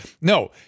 No